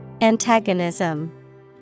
Antagonism